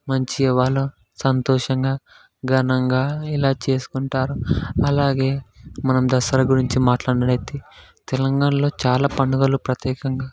మంచిగ వాళ్ళు సంతోషంగా ఘనంగా ఇలా చేసుకుంటారు అలాగే మనం దసరా గురించి మాట్లాడునైతే తెలంగాణలో చాలా పండుగలు ప్రత్యేకంగా